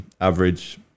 average